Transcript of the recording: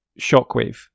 Shockwave